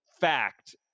fact